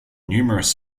numerous